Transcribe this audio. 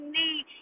need